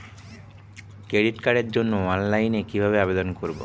Credit কার্ডের জন্য অনলাইনে কিভাবে আবেদন করব?